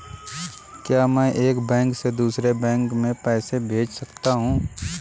क्या मैं एक बैंक से दूसरे बैंक में पैसे भेज सकता हूँ?